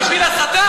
בשביל הסתה?